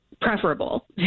preferable